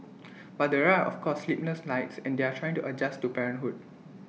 but there are of course sleepless nights and they are trying to adjust to parenthood